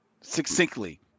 succinctly